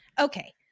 Okay